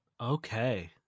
Okay